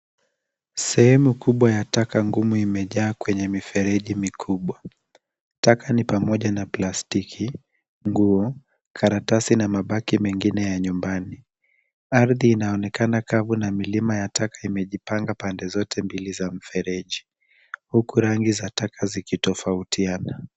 Sehemu kubwa ya taka ngumu imejaa kwenye mifereji mikubwa. Taka ni pamoja na plastiki, nguo, karatasi na mabaki mengine ya nyumbani. Ardhi inaonekana kavu na milima ya taka imejipanga pande zote mbili za mfereji huku rangi za taka zikitofautiana.